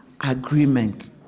agreement